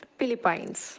Philippines